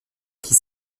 qui